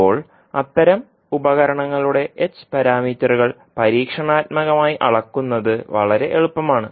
ഇപ്പോൾ അത്തരം ഉപകരണങ്ങളുടെ h പാരാമീറ്ററുകൾ പരീക്ഷണാത്മകമായി അളക്കുന്നത് വളരെ എളുപ്പമാണ്